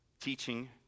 teaching